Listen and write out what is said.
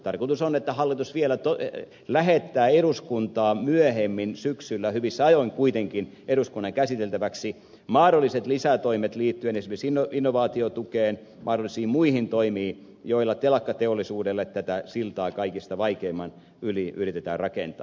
tarkoitus on että hallitus vielä lähettää eduskunnan käsiteltäväksi myöhemmin syksyllä hyvissä ajoin kuitenkin mahdolliset lisätoimet liittyen esimerkiksi innovaatiotukeen mahdollisiin muihin toimiin joilla telakkateollisuudelle tätä siltaa kaikista vaikeimman yli yritetään rakentaa